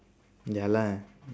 ya lah